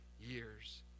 years